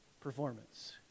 performance